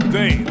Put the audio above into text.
day